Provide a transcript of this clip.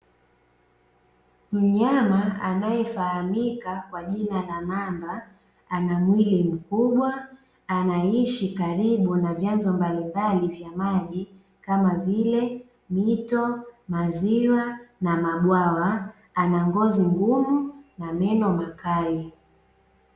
Mnyama anayefahamika kwa jina la mamba ana mwili mkubwa anayeishi karibu na vyanzo mbalimbali vya maji kama vile mito, maziwa na mabwawa. Ana ngozi ngumu na meno makali.